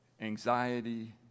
anxiety